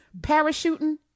parachuting